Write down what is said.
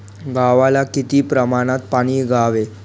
गव्हाला किती प्रमाणात पाणी द्यावे?